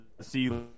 see